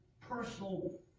personal